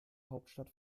hauptstadt